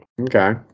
Okay